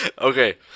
Okay